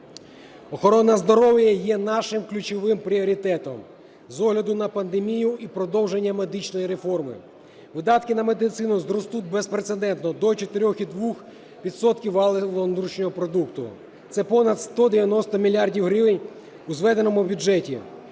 Охорона здоров'я є нашим ключовим пріоритетом. З огляду на пандемію і продовження медичної реформи видатки на медицину зростуть безпрецедентно – до 4,2 відсотка валового внутрішнього продукту. Це понад 190 мільярдів гривень у зведеному бюджеті,